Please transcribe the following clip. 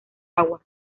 agua